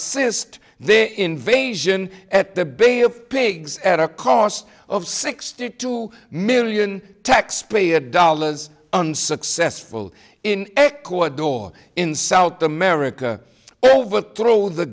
t their invasion at the bay of pigs at a cost of sixty two million taxpayer dollars unsuccessful in ecuador in south america overthrow the